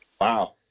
Wow